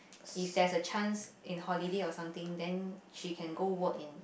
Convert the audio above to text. if there's a chance in holiday or something then she can go work in